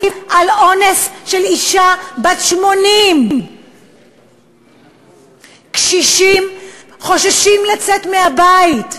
על אונס של אישה בת 80. קשישים חוששים לצאת מהבית,